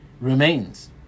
remains